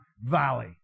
Valley